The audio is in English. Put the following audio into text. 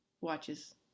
watches